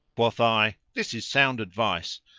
quoth i, this is sound advice,